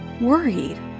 worried